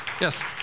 Yes